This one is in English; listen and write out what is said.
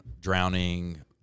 drowning